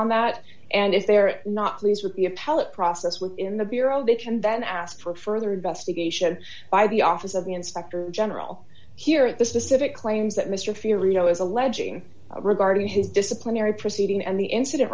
on that and if they're not pleased with the appellate process within the bureau they can then ask for further investigation by the office of the inspector general here at the specific claims that mr fear you know is alleging regarding his disciplinary proceeding and the incident